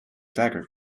dagger